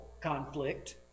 conflict